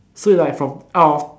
so it's like from out of